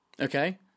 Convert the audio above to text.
Okay